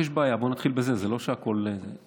יש בעיה, בוא נתחיל בזה, ב.